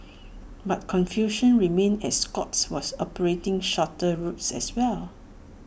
but confusion remained as Scoots was operating shorter routes as well